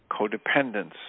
codependence